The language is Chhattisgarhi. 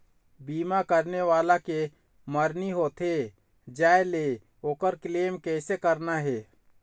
बीमा करने वाला के मरनी होथे जाय ले, ओकर क्लेम कैसे करना हे?